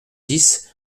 dix